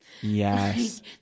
yes